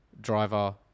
driver